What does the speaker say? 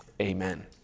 amen